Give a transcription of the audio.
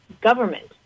government